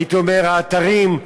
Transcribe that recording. הייתי אומר, אתרים.